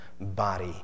body